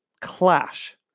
clash